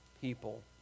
people